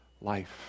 life